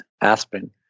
aspirin